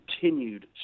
continued